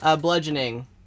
Bludgeoning